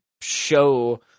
show